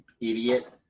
idiot